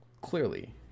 clearly